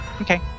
Okay